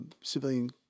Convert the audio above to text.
civilian